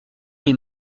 les